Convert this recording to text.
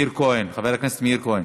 חבר הכנסת מאיר כהן,